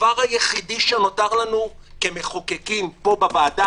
הדבר היחיד שנותר לנו כמחוקקים פה בוועדה